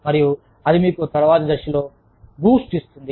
మరియు అది మీకు తరువాతి దశలో బూస్ట్ ఇస్తుంది